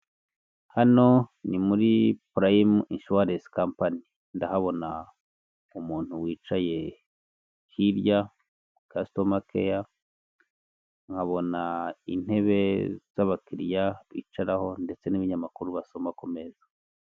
Hano ni muri purayimu inshuwarensi kampani. Ndahabona umuntu wicaye hirya, kasitoma keya, nkabona intebe z'abakiriya bicaraho ndetse n'ibinyamakuru basoma ku meza.